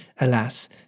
alas